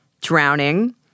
drowning